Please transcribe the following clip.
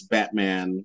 Batman